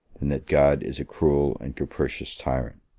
than that god is a cruel and capricious tyrant.